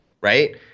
right